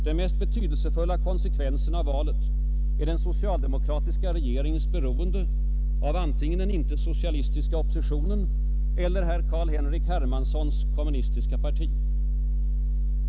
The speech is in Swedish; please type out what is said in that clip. Den mest betydelsefulla konsekvensen av 1970 års val är den socialdemokratiska regeringens beroende av antingen den icke-socialistiska oppositionen eller herr Carl Henrik Hermanssons kommunistiska parti.